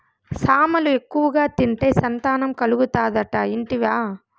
సామలు ఎక్కువగా తింటే సంతానం కలుగుతాదట ఇంటివా